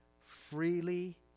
freely